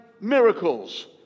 miracles